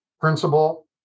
principal